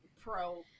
pro